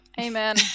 amen